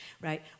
right